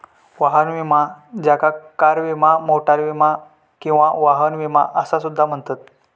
वाहन विमा ज्याका कार विमा, मोटार विमा किंवा वाहन विमा असा सुद्धा म्हणतत